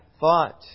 thought